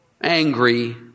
angry